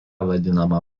vadinama